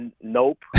Nope